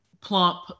plump